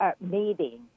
meeting